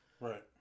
Right